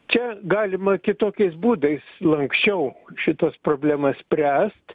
čia galima kitokiais būdais lanksčiau šitas problemas spręst